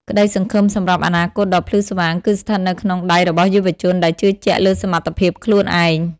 ក្តីសង្ឃឹមសម្រាប់អនាគតដ៏ភ្លឺស្វាង គឺស្ថិតនៅក្នុងដៃរបស់យុវជនដែលជឿជាក់លើសមត្ថភាពខ្លួនឯង។